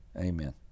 amen